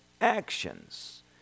actions